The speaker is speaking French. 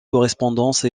correspondance